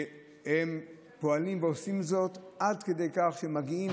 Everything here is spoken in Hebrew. שהם פועלים ועושים זאת עד כדי כך שהם מגיעים